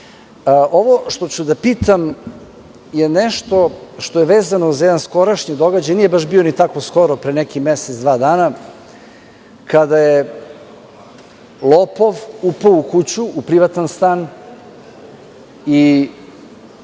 što ću da pitam je nešto što je vezano za jedan skorašnji događaj, nije baš bio ni tako skoro, pre nekih mesec-dva dana, kada je lopov upao u kuću, u privatan stan, i